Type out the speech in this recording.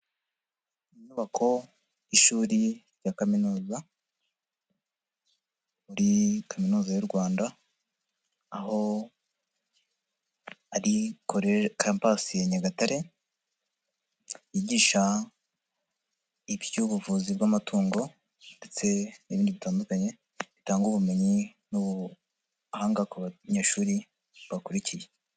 Inyubako y'ishuri rya kaminuza, muri kaminuza y'u Rwanda, aho ari koleji kampasi ya Nyagatare yigisha iby'ubuvuzi bw'amatungo ndetse n'ibindi bitandukanye bitanga ubumenyi n'ubuhanga ku banyeshuri bakurikiye.